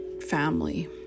family